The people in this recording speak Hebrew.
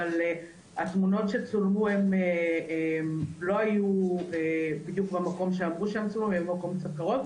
אבל התמונות שצולמו הן לא היו בדיוק במקום שאמרו שצולמו אלא קרוב,